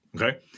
okay